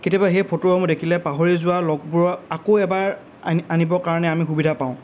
কেতিয়াবা সেই ফটোসমূহ দেখিলে পাহৰি যোৱা লগবোৰৰ আকৌ এবাৰ আনি আনিবৰ কাৰণে আমি সুবিধা পাওঁ